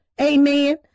Amen